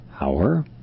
hour